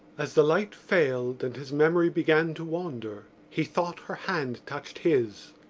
as the light failed and his memory began to wander he thought her hand touched his.